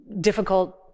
difficult